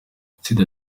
itsinda